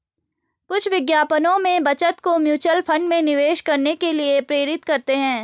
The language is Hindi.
कुछ विज्ञापनों में बचत को म्यूचुअल फंड में निवेश करने के लिए प्रेरित करते हैं